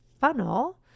funnel